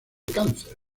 cáncer